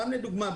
סתם לדוגמה,